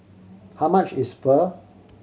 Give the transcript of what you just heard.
how much is Pho